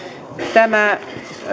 tämä